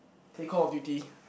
play Call of Duty